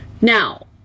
Now